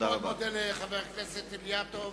אני מאוד מודה לחבר הכנסת אילטוב,